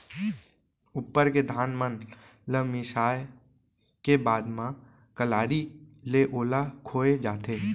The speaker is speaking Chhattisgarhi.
उप्पर के धान मन ल मिसाय के बाद म कलारी ले ओला खोय जाथे